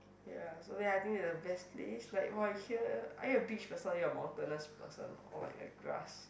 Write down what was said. ya so there I think the best place like right here are you a beach person or are you a mountainous person or like a grass